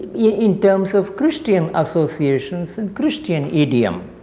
yeah in terms of christian associations and christian idiom.